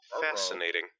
Fascinating